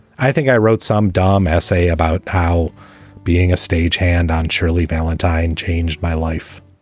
i think i wrote some damn essay about how being a stagehand on shirley valentine changed my life.